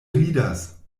ridas